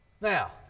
Now